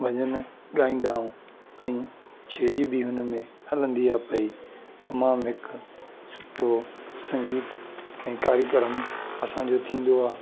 भॼनु गाईंदा आयूं छेॼ बि हिन में हलंदी आ्हे भाई तमामु हिकु सुठो संगीत ऐं कार्यक्रम असांजो थींदो आहे